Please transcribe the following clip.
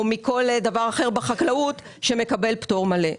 או מכל דבר אחר בחקלאות, שמקבל פטור מלא.